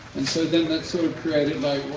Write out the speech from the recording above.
and so then that sort of created like.